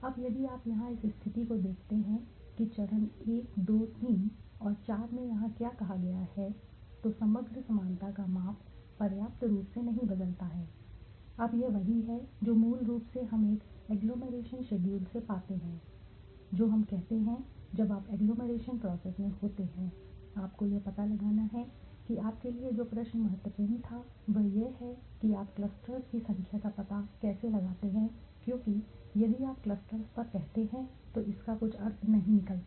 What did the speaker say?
अब यदि आप यहाँ इस स्थिति को देखते हैं कि चरण 1 2 3 और 4 में यहाँ क्या कहा गया है तो समग्र समानता का माप पर्याप्त रूप से नहीं बदलता है अब यह वही है जो मूल रूप से हम एक एग्लोमरेशन शेड्यूल से पाते हैं जो हम कहते हैं कि जब आप एग्लोमरेशन प्रोसेस में होते हैं आपको यह पता लगाना है कि आपके लिए जो प्रश्न महत्वपूर्ण था वह यह है कि आप क्लस्टर्सकी संख्या का पता कैसे लगाते हैं क्योंकि यदि आप क्लस्टर्स पर कहते हैं तो इसका कुछ अर्थ नहीं निकलता